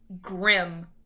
grim